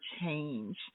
change